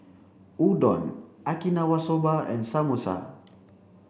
Udon Okinawa Soba and Samosa